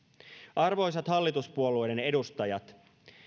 arvoisat hallituspuolueiden edustajat